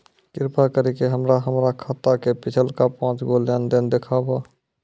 कृपा करि के हमरा हमरो खाता के पिछलका पांच गो लेन देन देखाबो